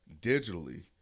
digitally